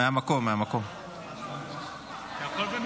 בבקשה,